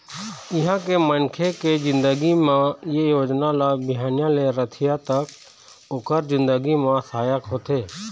इहाँ के मनखे के जिनगी म ए योजना ल बिहनिया ले रतिहा तक ओखर जिनगी म सहायक होथे